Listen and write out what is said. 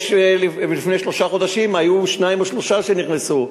לפני שלושה חודשים היו שניים או שלושה שנכנסו.